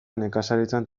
nekazaritzan